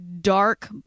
dark